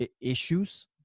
issues